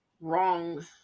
wrong